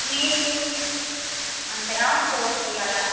మీరు అంటే ఆ ఫోర్కి అలా